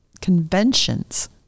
conventions